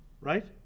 right